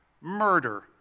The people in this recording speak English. murder